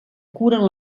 curen